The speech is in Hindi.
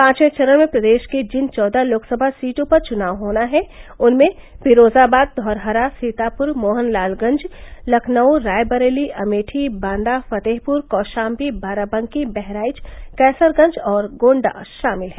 पांचवें चरण में प्रदेश की जिन चौदह लोकसभा सीटों पर चुनाव होना है उनमें फिरोजाबाद धौराहरा सीतापुर मोहनलालगंज लखनऊ रायबरेली अमेठी बांदा फतेहपुर कौशाम्वी बाराबंकी बहराइच केंसरगंज और गोण्डा शामिल हैं